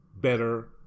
better